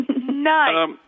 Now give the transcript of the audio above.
Nice